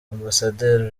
ambasaderi